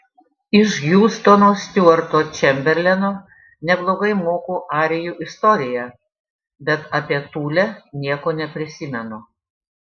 iš hiustono stiuarto čemberleno neblogai moku arijų istoriją bet apie tulę nieko neprisimenu